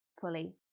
fully